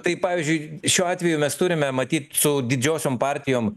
tai pavyzdžiui šiuo atveju mes turime matyt su didžiosiom partijom